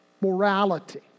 morality